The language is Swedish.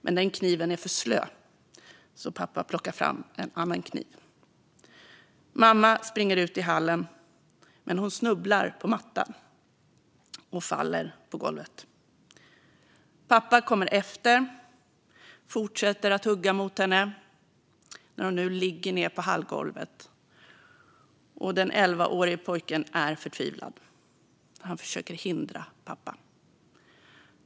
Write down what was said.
Men den kniven är för slö, så pappa plockar fram en annan kniv. Mamma springer ut i hallen, men hon snubblar på mattan och faller till golvet. Pappa kommer efter och fortsätter att hugga mot henne när hon nu ligger ned på hallgolvet. Den elvaårige pojken är förtvivlad och försöker hindra pappa.